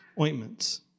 ointments